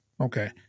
Okay